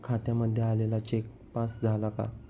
खात्यामध्ये आलेला cheque pass झाला का?